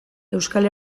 euskal